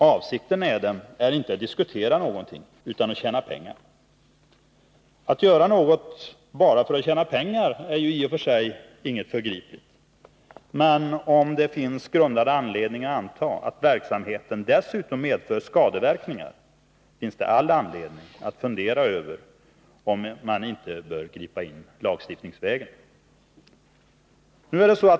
Avsikten med dem är inte att föra en diskussion om någonting, utan avsikten är att tjäna pengar. Att göra något bara för att tjäna pengar är ju i och för sig inget förgripligt, men om det finns grundad anledning att antaga att verksamheten dessutom medför skadeverkningar finns det all anledning att fundera över om man inte bör gripa in lagstiftningsvägen.